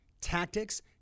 tactics